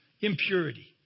impurity